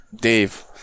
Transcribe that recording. Dave